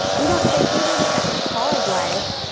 we don't say, hey, wait a second, pause, life.